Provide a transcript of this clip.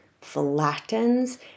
flattens